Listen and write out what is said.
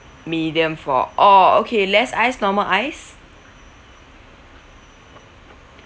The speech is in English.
medium for all okay less ice normal ice